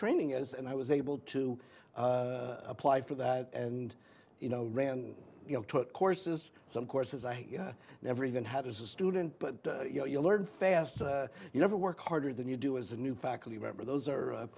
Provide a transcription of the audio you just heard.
training is and i was able to apply for that and you know ran you know took courses some courses i never even had as a student but you know you learn fast you never work harder than you do as a new faculty member those are